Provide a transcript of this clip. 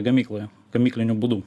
gamykloje gamykliniu būdu